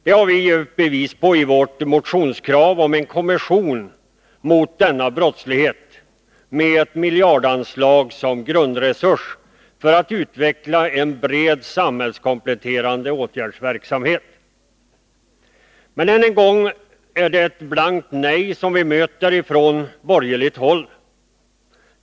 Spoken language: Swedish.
Det har vi bevisat i vårt motionskrav om en kommission mot denna brottslighet. Kommissionen skulle, med ett miljonanslag som grundresurs, utveckla en bred samhällskompletterande åtgärdsverksamhet. Än en gång är det ett blankt nej som vi möter från borgerligt håll.